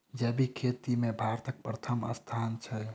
जैबिक खेती मे भारतक परथम स्थान छै